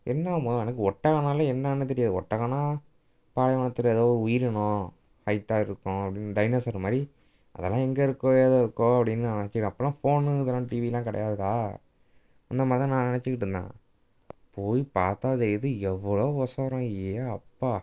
என்னம்மா எனக்கு ஒட்டகம்னாலே என்னென்னு தெரியாது ஒட்டகம்ன்னா பாலைவனத்தில் ஏதோ ஒரு உயிரினம் ஹைட்டாக இருக்கும் அப்படின்னு டைனோசரு மாதிரி அதெல்லாம் எங்கே இருக்கோ ஏதோ இருக்கோ அப்படின்னு நான் நெனைச்சிக்கிட்டேன் அப்போல்லாம் ஃபோனு இதெல்லாம் டிவில்லாம் கிடையாதா இந்த மாதிரி தான் நான் நெனைச்சிக்கிட்டுருந்தேன் போய் பார்த்தா தெரியுது எவ்வளோ உசரம் ஏ அப்பா